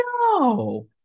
No